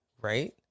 right